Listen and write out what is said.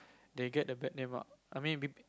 they get the bad name ah I mean